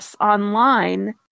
online